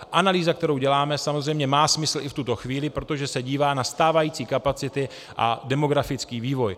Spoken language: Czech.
Analýza, kterou děláme, má samozřejmě smysl i v tuto chvíli, protože se dívá na stávající kapacity a demografický vývoj.